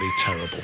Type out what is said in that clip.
terrible